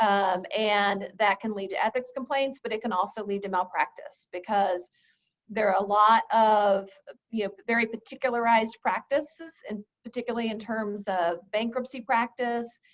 um and that can lead to ethics complaints, but it can also lead to malpractice. because there are a lot of yeah very particularized practices and particularly in terms of bankruptcy practice,